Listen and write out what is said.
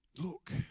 look